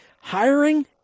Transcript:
Hiring